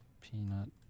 Peanut